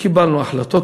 קיבלנו החלטות,